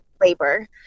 labor